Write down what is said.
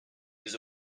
les